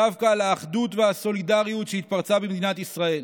דווקא על האחדות והסולידריות שהתפרצה במדינת ישראל.